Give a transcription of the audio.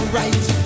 right